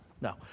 No